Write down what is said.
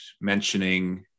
mentioning